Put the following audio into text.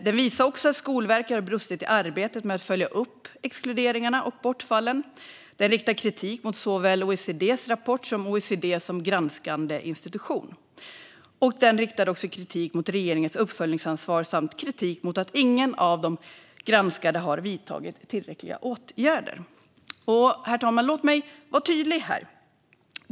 Den visar också att Skolverket har brustit i arbetet med att följa upp exkluderingar och bortfall. Den riktar kritik mot såväl OECD:s rapport som OECD som granskande institution. Den riktar också kritik mot regeringens uppföljningsansvar samt mot att ingen av de granskade har vidtagit tillräckliga åtgärder. Herr talman! Låt mig vara tydlig här.